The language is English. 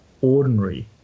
ordinary